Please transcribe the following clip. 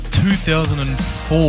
2004